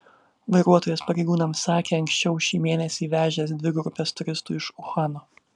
vairuotojas pareigūnams sakė anksčiau šį mėnesį vežęs dvi grupes turistų iš uhano